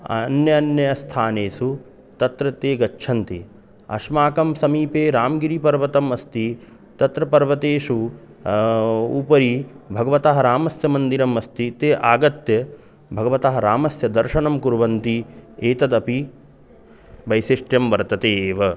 अन्य अन्य स्थानेषु तत्र ते गच्छन्ति अस्माकं समीपे रामगिरिपर्वतम् अस्ति तत्र पर्वतेषु उपरि भगवतः रामस्य मन्दिरम् अस्ति ते आगत्य भगवतः रामस्य दर्शनं कुर्वन्ति एतदपि वैशिष्ट्यं वर्तते एव